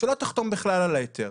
שלא תחתום בכלל על ההיתר.